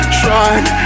trying